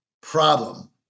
problem